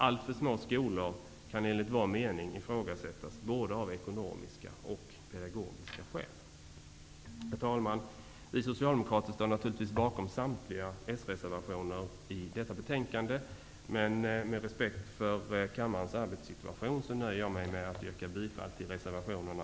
Alltför små skolor kan enligt vår mening ifrågasättas både av ekonomiska och av pedagogiska skäl. Herr talman! Vi socialdemokrater står naturligtvis bakom samtliga s-reservationer i detta betänkande. Men med respekt för kammarens arbetssituation nöjer jag mig med att yrka bifall till reservationerna